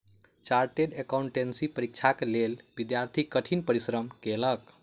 chartered accountancy परीक्षाक लेल विद्यार्थी कठिन परिश्रम कएलक